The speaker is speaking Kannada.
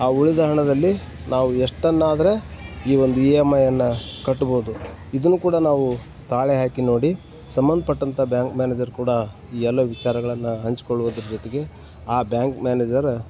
ಆ ಉಳಿದ ಹಣದಲ್ಲಿ ನಾವು ಎಷ್ಟನ್ನಾದರೆ ಈ ಒಂದು ಇ ಎಮ್ ಐ ಅನ್ನೋ ಕಟ್ಬೋದು ಇದನ್ನು ಕೂಡ ನಾವು ತಾಳೆ ಹಾಕಿ ನೋಡಿ ಸಂಬಂಧಪಟ್ಟಂಥ ಬ್ಯಾಂಕ್ ಮ್ಯಾನೇಜರ್ ಕೂಡ ಈ ಎಲ್ಲ ವಿಚಾರಗಳನ್ನ ಹಂಚ್ಕೊಳ್ಳುವುದ್ರ ಜೊತೆಗೆ ಆ ಬ್ಯಾಂಕ್ ಮ್ಯಾನೇಜರ್